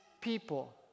people